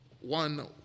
One